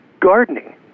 gardening